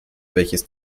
welches